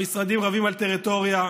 המשרדים רבים על טריטוריה,